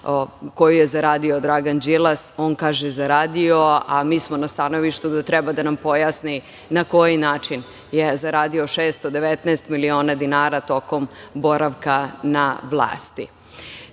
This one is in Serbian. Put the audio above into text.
koju je zaradio Dragan Đilas. On kaže zaradio, a mi smo na stanovištu da treba da nam pojasni na koji način je zaradio 619 milina dinara tokom boravka na vlasti. Hvala